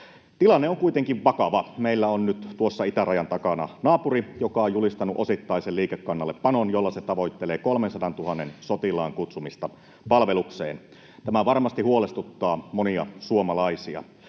Tilanne on kuitenkin vakava. Meillä on nyt tuossa itärajan takana naapuri, joka on julistanut osittaisen liikekannallepanon, jolla se tavoittelee 300 000:n sotilaan kutsumista palvelukseen. Tämä varmasti huolestuttaa monia suomalaisia.